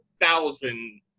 thousand